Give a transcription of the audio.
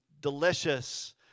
delicious